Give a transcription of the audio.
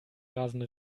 rasende